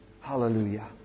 Hallelujah